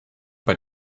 bei